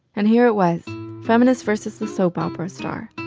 and here it was feminists versus the soap opera star,